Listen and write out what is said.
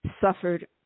suffered